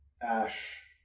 Ash